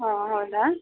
ಹಾಂ ಹೌದಾ